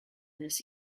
this